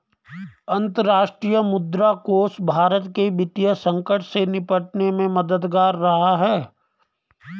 अंतर्राष्ट्रीय मुद्रा कोष भारत के वित्तीय संकट से निपटने में मददगार रहा है